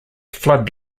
flood